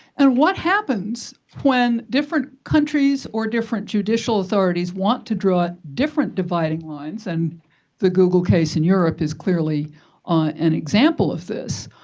and what happens when different countries or different judicial authorities want to draw different dividing lines. and the google case in europe is clearly an example of this.